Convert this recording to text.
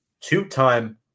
two-time